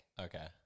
Okay